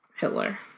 Hitler